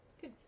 Good